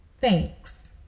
Thanks